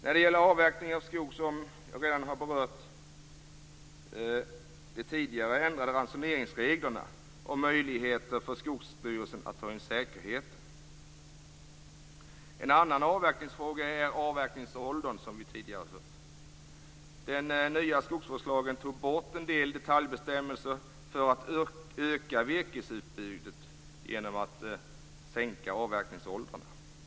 När det gäller avverkning av skog har jag redan berört de tidigare ändrade ransoneringsreglerna och möjligheter för Skogsstyrelsen att ta in säkerheter. En annan avverkningsfråga är avverkningsåldern. I den nya skogsvårdslagen togs bort en del detaljbestämmelser för att öka virkesutbudet genom att sänka avverkningsåldrarna.